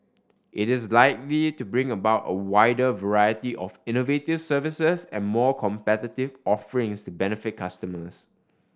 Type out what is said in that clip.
it is likely to bring about a wider variety of innovative services and more competitive offerings to benefit consumers